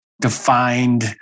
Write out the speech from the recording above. defined